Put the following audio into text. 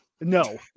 No